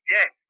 Yes